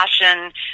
passion